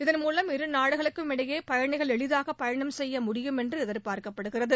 இதன்மூலமாக இரு நாடுகளுக்கும் இடையே பயணிகள் எளிதாக பயணம் செய்ய முடியும் என்று எதிர்பார்க்கப்படுகிறது